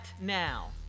now